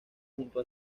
junto